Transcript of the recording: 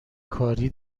کاری